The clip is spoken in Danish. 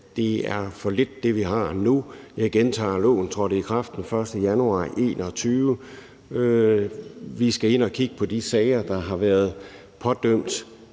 nu, er for lidt. Jeg gentager: Loven trådte i kraft den 1. januar 2021. Vi skal ind at kigge på de sager, der har været pådømt